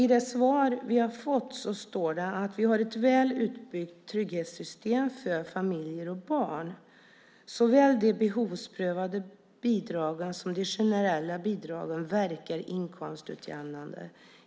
I det svar vi har fått står det: "Vi har ett väl utbyggt trygghetssystem för familjer och barn. Såväl de behovsprövade bidragen som de generella bidragen verkar inkomstutjämnande.